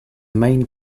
main